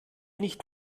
nicht